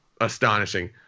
astonishing